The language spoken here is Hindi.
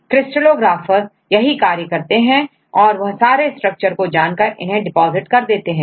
क्रिस्टलोग्राफीcrystalographersयही कार्य करते हैं और वह सारे स्ट्रक्चर को जानकर इन्हें डिपॉजिट कर देते हैं